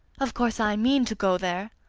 of course i mean to go there.